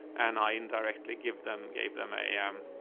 and i indirectly give them, gave them a, um,